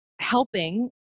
helping